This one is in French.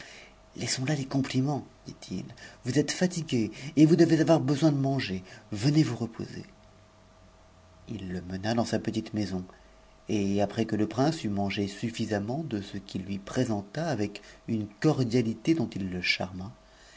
t laissons tà les comptiments dit i vous êtes fatiguer et vous j x n'oir besoin de manger venez vous reposer x i e mena dans sa n ti son et après que le prince eut mange suffisamment de ce qu'il i orienta avec une cordialité dont il le charma